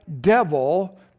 devil